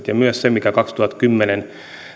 ja myös se mikä kaksituhattakymmenen